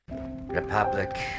Republic